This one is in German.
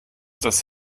das